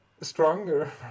stronger